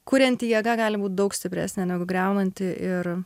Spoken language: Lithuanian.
kurianti jėga gali būt daug stipresnė negu griaunanti ir